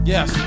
Yes